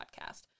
podcast